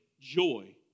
joy